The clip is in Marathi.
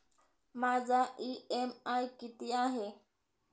माझा इ.एम.आय किती आहे?